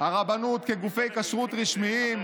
הרבנות כגופי כשרות רשמיים,